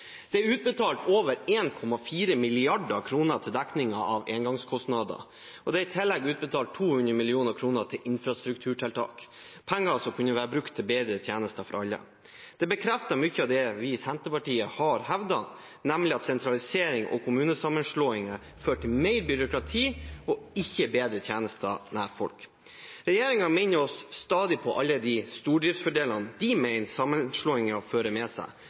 Det er utbetalt over 1,4 mrd. kr til dekning av engangskostnader, og det er i tillegg utbetalt 200 mill. kr til infrastrukturtiltak – penger som kunne vært brukt til bedre tjenester for alle. Det bekrefter mye av det vi i Senterpartiet har hevdet, nemlig at sentralisering og kommunesammenslåinger fører til mer byråkrati og ikke bedre tjenester nær folk. Regjeringen minner oss stadig på alle de stordriftsfordelene de mener sammenslåinger fører med seg,